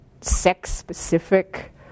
sex-specific